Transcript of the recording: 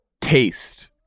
taste